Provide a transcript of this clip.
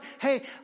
hey